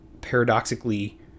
paradoxically